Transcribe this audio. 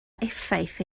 effaith